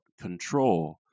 control